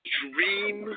dream